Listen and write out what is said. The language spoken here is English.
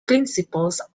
principals